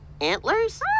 antlers